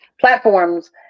platforms